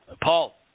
Paul